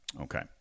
Okay